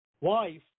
wife